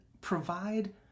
provide